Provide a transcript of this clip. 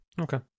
Okay